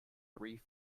three